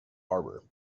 harbour